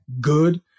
good